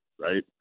right